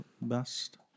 best